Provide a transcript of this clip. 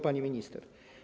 Pani Minister!